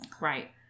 Right